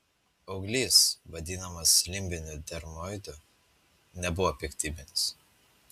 auglys vadinamas limbiniu dermoidu nebuvo piktybinis